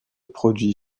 produits